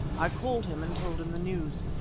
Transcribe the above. i called him and told him the news.